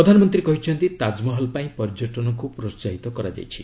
ପ୍ରଧାନମନ୍ତ୍ରୀ କହିଛନ୍ତି ତାଜ୍ମହଲ ପାଇଁ ପର୍ଯ୍ୟଟନକୁ ପ୍ରୋହାହିତ କରାଯାଇଛି